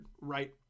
right